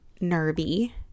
nervy